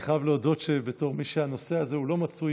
אני חייב להודות שבתור מי שלא מצוי